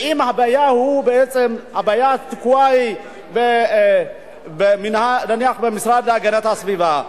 ואם הבעיה תקועה נניח במשרד להגנת הסביבה,